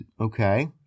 okay